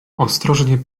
ostrożnie